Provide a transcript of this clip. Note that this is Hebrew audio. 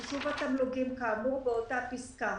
בחישוב התמלוגים כאמור באותה פסקה,